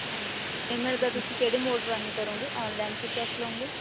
ਹਾਂਜੀ ਪੇਮੈਂਟ ਦਾ ਤੁਸੀਂ ਕਿਹੜੇ ਮੋਡ ਰਾਹੀਂ ਕਰੋਗੇ ਔਨਲਾਈਨ ਕਿ ਕੈਸ਼ ਲਵੋਗੇ